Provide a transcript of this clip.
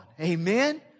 Amen